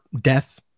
death